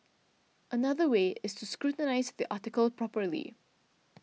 another way is to scrutinise the article properly